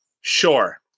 Sure